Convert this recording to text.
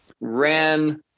ran